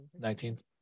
19th